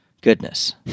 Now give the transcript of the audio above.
goodness